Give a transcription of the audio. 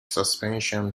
suspension